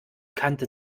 kante